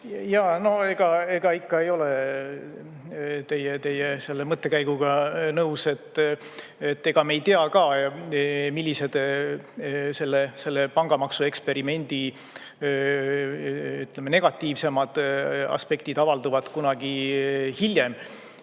Jaa, no ega ikka ei ole teie mõttekäiguga nõus. Ega me ei tea ka, millised selle pangamaksu eksperimendi negatiivsemad aspektid avalduvad kunagi hiljem.